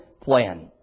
plan